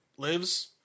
lives